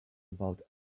about